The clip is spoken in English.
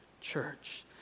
church